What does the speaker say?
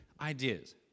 ideas